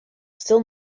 still